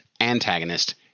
antagonist